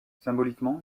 symboliquement